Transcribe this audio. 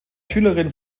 schülerin